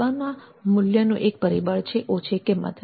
સેવાના મૂલ્યનું એક પરિબળ છે ઓછી કિંમત